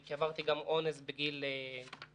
כי עברתי גם אונס בגיל תשע,